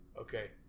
Okay